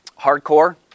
hardcore